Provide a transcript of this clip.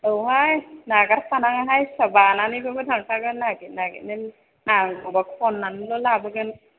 औहाय नागारखानाङाहाय फिसा बानानैबाबो थांखागोन नागिर नागिरनो नांगौबा खननानैल' लाबोगोन